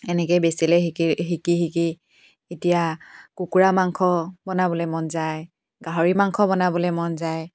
এনেকৈ বেছিলৈ শিকি শিকি শিকি এতিয়া কুকুৰা মাংস বনাবলৈ মন যায় গাহৰি মাংস বনাবলৈ মন যায়